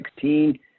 2016